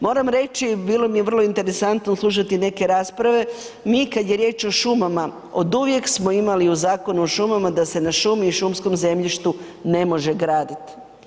Moram reći, bilo mi je vrlo interesantno slušati neke rasprave, mi kad je riječ o šumama, oduvijek smo imali u Zakonu o šumama da se na šumi i šumskom zemljištu ne može gradit.